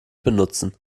benutzen